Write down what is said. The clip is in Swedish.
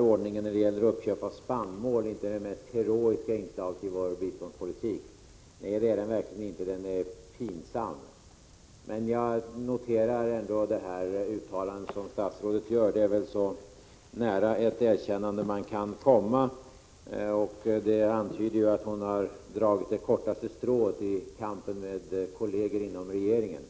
ordningen när det gäller uppköp av spannmål inte är det mest heroiska inslaget i vår biståndspolitik. Nej, det är den verkligen inte — den är pinsam. Jag noterar emellertid det uttalande som statsrådet gör — det är väl så nära ett erkännande man kan komma. Det antyder ju att Lena Hjelm-Wallén har dragit det kortaste strået i kampen med kolleger inom regeringen.